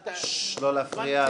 גברתי --- לא להפריע,